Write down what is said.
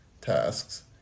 tasks